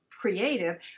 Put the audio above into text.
creative